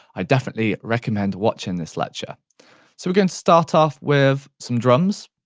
i definitely recommend watching this lecture. so we're going to start off with some drums.